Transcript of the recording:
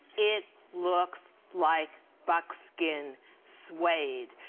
it looks like buckskin suede.